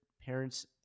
parents